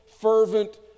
fervent